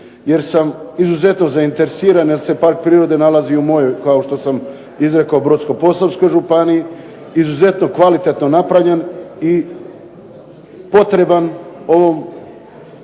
jer sam izuzetno zainteresiran jer se park prirode nalazi i u mojoj kao što sam izrekao Brodsko-posavskoj županiji izuzetno kvalitetno napravljen i potreban ovom